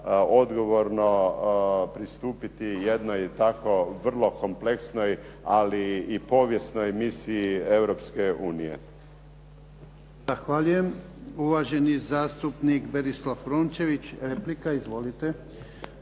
odgovorno pristupiti jednoj tako vrlo kompleksnoj, ali i povijesnoj misiji Europske unije. **Jarnjak, Ivan (HDZ)** Zahvaljujem. Uvaženi zastupnik Berislav Rončević, replika. Izvolite.